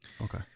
Okay